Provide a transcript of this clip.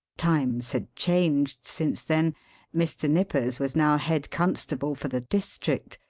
times had changed since then mr. nippers was now head constable for the district,